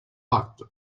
acte